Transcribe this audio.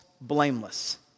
blameless